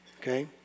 Okay